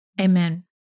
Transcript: Amen